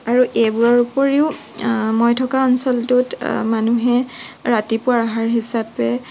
আৰু এইবোৰৰ উপৰিও মই থকা অঞ্চলটোত মানুহে ৰাতিপুৱাৰ আহাৰ হিচাপে